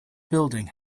building